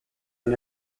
and